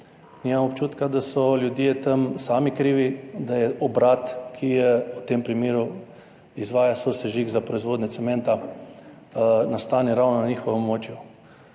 Nimam občutka, da so ljudje tam sami krivi, da obrat, ki v tem primeru izvaja sosežig za proizvodnjo cementa, nastane ravno na njihovem območju.